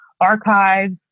archives